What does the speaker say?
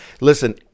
Listen